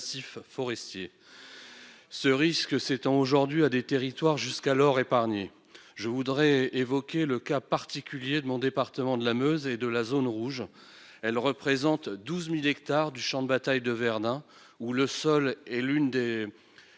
forestiers. Ce risque s'étend à des territoires jusqu'alors épargnés. Je voudrais évoquer le cas particulier de mon département de la Meuse et de sa zone rouge qui représente douze mille hectares du champ de bataille de Verdun, où le sol est d'une